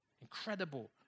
Incredible